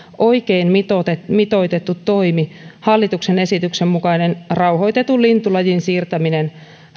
oikein mitoitettu mitoitettu toimi hallituksen esityksen mukainen rauhoitetun lintulajin siirtäminen